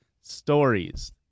stories